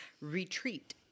Retreat